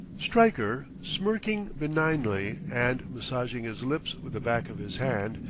stryker, smirking benignly and massaging his lips with the back of his hand,